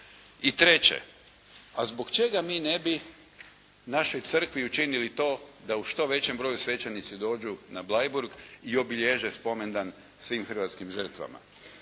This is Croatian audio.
I treće, a zbog čega mi ne bi našoj crkvi učinili to da u što većem broju svećenici dođu na Bleiburg i obilježe spomendan svim hrvatskim žrtvama.